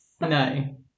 No